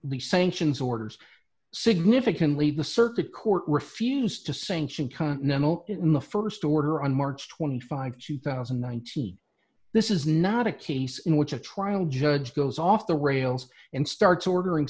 the sanctions orders significantly the circuit court refused to sanction continental in the st order on march twenty five two thousand and nineteen this is not a case in which a trial judge goes off the rails and starts ordering